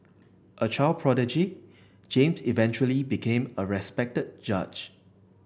a child prodigy James eventually became a respected judge